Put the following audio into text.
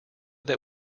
that